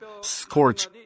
scorch